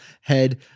head